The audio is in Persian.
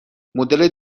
مدل